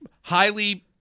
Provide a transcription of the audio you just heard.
highly